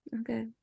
okay